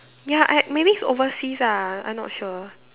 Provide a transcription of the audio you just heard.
ya I maybe it's overseas ah I not sure